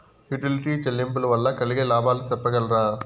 Utility చెల్లింపులు వల్ల కలిగే లాభాలు సెప్పగలరా?